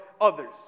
others